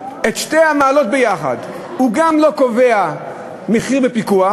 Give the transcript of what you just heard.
שתי המעלות יחד, הוא גם לא קובע מחיר בפיקוח,